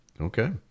Okay